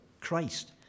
Christ